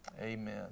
Amen